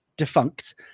defunct